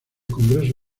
congreso